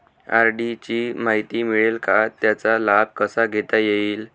RD ची माहिती मिळेल का, त्याचा लाभ कसा घेता येईल?